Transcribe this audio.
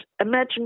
Imagine